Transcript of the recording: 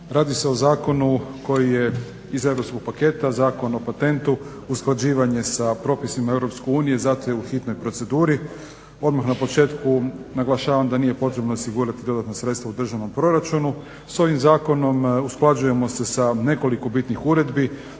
Radi se o Zakonu koji je iz europskog paketa, Zakon o patentu, usklađivanje sa propisima Europske unije, zato je u hitnoj proceduri. Odmah na početku naglašavam da nije potrebno osigurati dodatna sredstva u državnom proračunu. S ovim Zakonom usklađujemo se sa nekoliko bitnih uredbi.